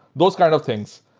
those kinds of things.